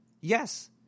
yes